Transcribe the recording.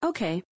Okay